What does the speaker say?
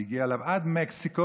והגיע אליו עד מקסיקו,